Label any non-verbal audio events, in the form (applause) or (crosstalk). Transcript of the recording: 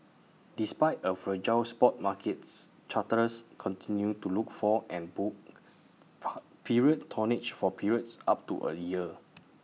despite A fragile spot markets charterers continued to look for and book (noise) period tonnage for periods up to A year